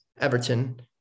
Everton